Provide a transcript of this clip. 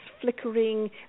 flickering